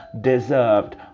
deserved